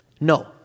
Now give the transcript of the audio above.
No